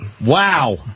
Wow